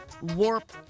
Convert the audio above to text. warp